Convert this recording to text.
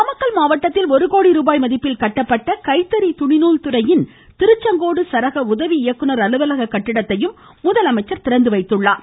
நாமக்கல் மாவட்டத்தில் ஒரு கோடிருபாய் மதிப்பில் கட்டப்பட்ட கைத்தறி துணிநூல் துறையின் திருச்செங்கோடு சரக உதவி இயக்குநர் அலுவலக கட்டிடத்தையும் முதலமைச்சர் திறந்து வைத்தார்